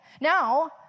Now